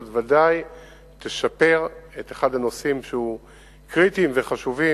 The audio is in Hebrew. ודאי תשפר את אחד הנושאים שהם קריטיים וחשובים,